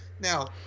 Now